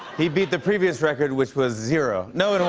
he beat the previous record, which was zero. no